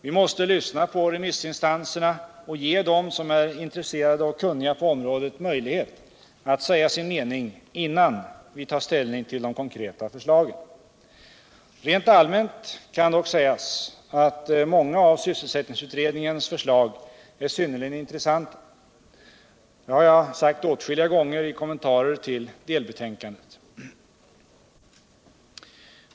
Vi måste lyssna på remissinstanserna och ge dem som är intresserade och kunniga på området möjlighet att framföra sin mening innan vi tar ställning till de konkreta förslagen. Rent allmänt kan dock sägas att många av sysselsättningsutredningens förslag är synnerligen intressanta. Det har jag sagt åtskilliga gånger i kommentarer till delbetänkandet.